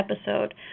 episode